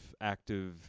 active